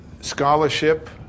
scholarship